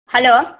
hello